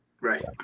Right